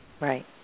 Right